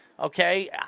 Okay